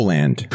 Land